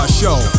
show